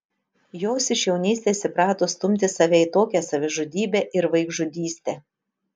jos iš jaunystės įprato stumti save į tokią savižudybę ir vaikžudystę